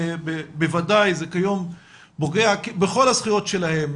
בוודאי זה כיום פוגע בכל הזכויות שלהם.